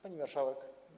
Pani Marszałek!